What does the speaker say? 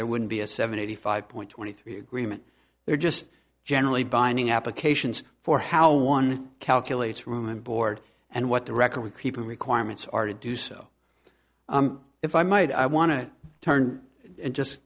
there wouldn't be a seventy five point twenty three agreement they're just generally binding applications for how one calculates room and board and what the record keeping requirements are to do so if i might i want to turn and just